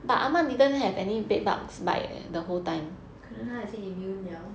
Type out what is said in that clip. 可能她也是 immune [liao]